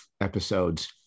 episodes